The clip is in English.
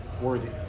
worthy